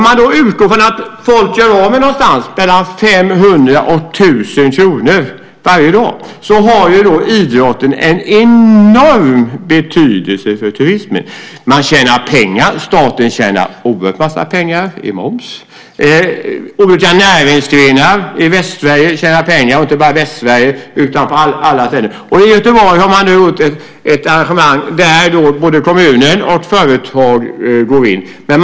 Låt oss säga att folk gör av med någonstans mellan 500 och 1 000 kr varje dag, och då har idrotten en enorm betydelse för turismen. Man tjänar pengar, staten tjänar oerhört mycket pengar i moms, olika näringsgrenar i Västsverige tjänar pengar, inte bara i Västsverige utan även andra ställen. I Göteborg har man gjort ett arrangemang där både kommunen och företag går in.